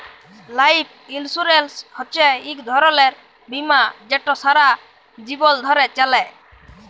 life insurance হছে ইক ধরলের বীমা যেট সারা জীবল ধ্যরে চলে